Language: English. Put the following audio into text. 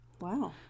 Wow